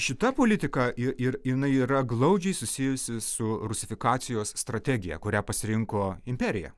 šita politika ir ir jinai yra glaudžiai susijusi su rusifikacijos strategija kurią pasirinko imperija